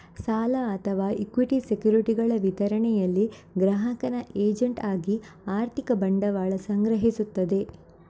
ಸಾಲ ಅಥವಾ ಇಕ್ವಿಟಿ ಸೆಕ್ಯುರಿಟಿಗಳ ವಿತರಣೆಯಲ್ಲಿ ಗ್ರಾಹಕನ ಏಜೆಂಟ್ ಆಗಿ ಆರ್ಥಿಕ ಬಂಡವಾಳ ಸಂಗ್ರಹಿಸ್ತದೆ